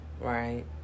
Right